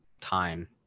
time